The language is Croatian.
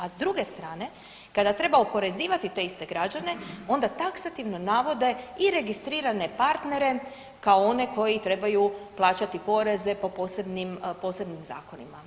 A s druge strane kada treba oporezivati te iste građane onda taksativno navode i registrirane partnere kao one koji trebaju plaćati poreze po posebnim zakonima.